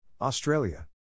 Australia